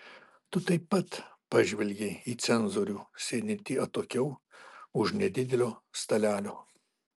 tu taip pat pažvelgei į cenzorių sėdintį atokiau už nedidelio stalelio